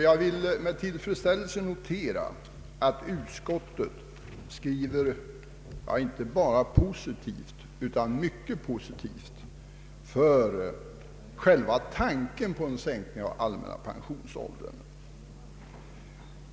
Jag vill med tillfredsställelse notera att utskottet skriver inte bara positivt utan mycket positivt om själva tanken på en sänkning av den allmänna pensionsåldern.